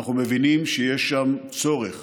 אנחנו מבינים שיש שם צורך